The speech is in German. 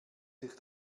sich